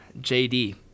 JD